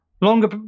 Longer